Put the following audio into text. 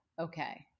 okay